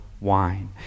wine